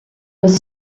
was